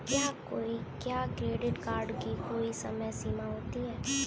क्या credit card की कोई समय सीमा होती है?